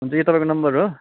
हुन्छ यो तपाईँको नम्बर हो